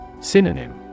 Synonym